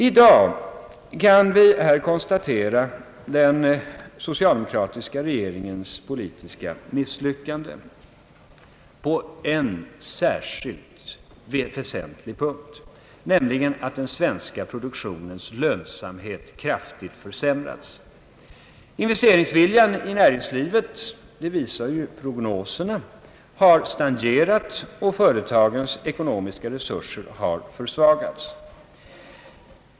I dag kan vi konstatera den socialdemokratiska regeringens «politiska misslyckande på en väsentlig punkt: den svenska produktionens lönsamhet har kraftigt försämrats. Investeringsviljan i näringslivet har — det visar statistiken — stagnerat och företagens ekonomiska resurser försvagats.